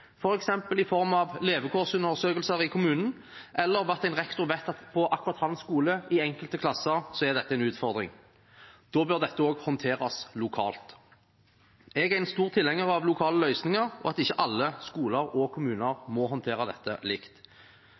i form av levekårsundersøkelser i kommunen eller ved at en rektor vet at akkurat ved hans skole, i enkelte klasser, er dette en utfordring. Da bør dette også håndteres lokalt. Jeg er en stor tilhenger av lokale løsninger, at ikke alle skoler og kommuner må håndtere dette likt.